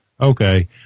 Okay